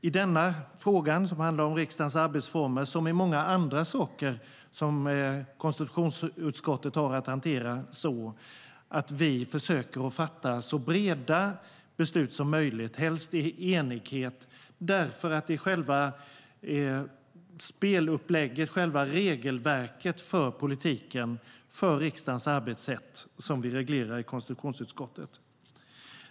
I denna fråga, som handlar om riksdagens arbetsfrågor, som i många andra frågor som konstitutionsutskottet har att hantera försöker vi fatta så breda beslut som möjligt, helst i enighet, därför att det är själva regelverket för politiken och riksdagens arbetssätt som vi reglerar i konstitutionsutskottet.